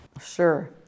Sure